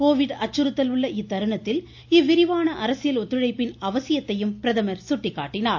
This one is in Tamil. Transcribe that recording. கோவிட் அச்சுறுத்தல் உள்ள இத்தருணத்தில் இவ்விரிவான அரசியல் ஒத்துழைப்பின் அவசியத்தை பிரதமர் சுட்டிக்காட்டினார்